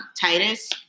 Titus